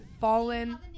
fallen